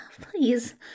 please